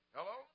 Hello